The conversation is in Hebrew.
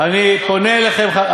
אני פונה אליכם,